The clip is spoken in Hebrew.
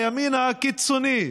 הימין הקיצוני,